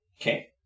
Okay